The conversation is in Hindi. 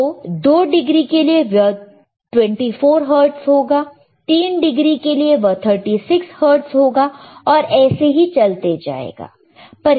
तो 2 डिग्री के लिए वह 24 हर्ट्ज़ होगा 3 डिग्री के लिए वह 36 हर्ट्ज़ होगा और ऐसे ही चलते जाएगा